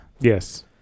Yes